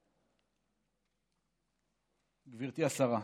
גברתי השרה,